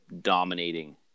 dominating